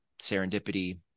serendipity